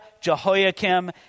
Jehoiakim